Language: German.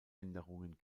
änderungen